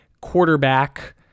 quarterback